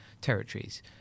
territories